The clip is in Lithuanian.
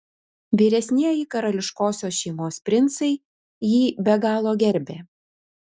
vyresnieji karališkosios šeimos princai jį be galo gerbė